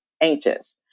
anxious